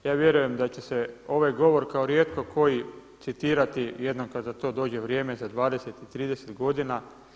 Ja vjerujem da će se ovaj govor kao rijetko koji citirati jednom kad za to dođe vrijeme za 20 i 30 godina.